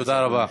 תודה רבה.